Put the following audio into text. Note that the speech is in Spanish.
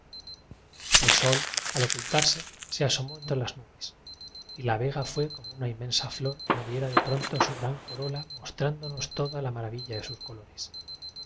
el sol al ocultarse se asomó entre las nu bes y la vega fue como una inmensa flor que abriera de pronto su gran corola mos trándonos toda la maravilla de sus colores